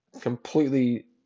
completely